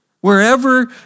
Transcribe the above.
Wherever